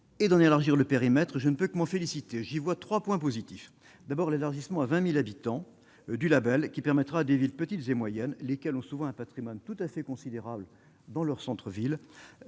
et d'en élargir le périmètre, je ne peux que m'ont félicité, j'y vois 3 points positifs, d'abord, l'élargissement à 20000 habitants du Label qui permettra des villes petites et moyennes, lesquels ont souvent un Patrimoine tout à fait considérable dans leur centre-ville